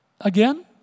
Again